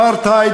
אבל הפריעו לי.